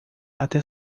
até